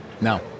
No